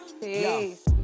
Peace